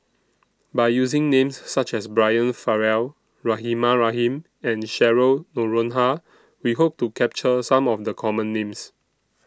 By using Names such as Brian Farrell Rahimah Rahim and Cheryl Noronha We Hope to capture Some of The Common Names